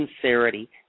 sincerity